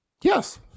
yes